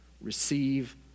receive